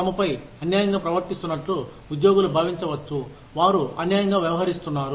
తమపై అన్యాయంగా ప్రవర్తిస్తున్నట్లు ఉద్యోగులు భావించవచ్చు వారు అన్యాయంగా వ్యవహరిస్తున్నారు